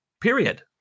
period